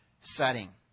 setting